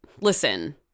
listen